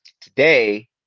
today